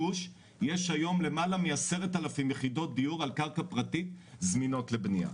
ולכן השיווק פרוס על פני מספר שנים.